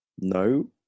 No